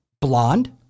Blonde